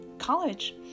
college